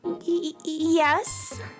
yes